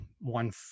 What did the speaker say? one